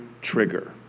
trigger